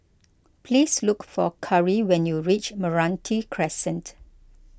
please look for Kari when you reach Meranti Crescent